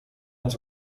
ens